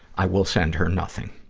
i will send her nothing.